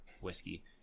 whiskey